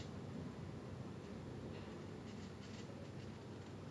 orh the because it came out at the end of the cycle right between P_S three and P_S four